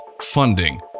funding